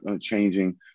changing